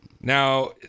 Now